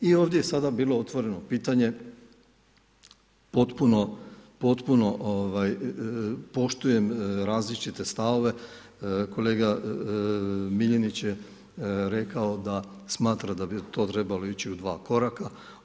I ovdje je sada bilo otvoreno pitanje potpuno poštujem različite stavove, kolega Miljenić je rekao da smatra da bi to trebalo ići u dva koraka.